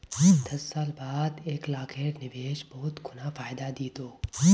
दस साल बाद एक लाखेर निवेश बहुत गुना फायदा दी तोक